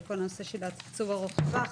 על כל הנושא של תקצוב ארוך טווח,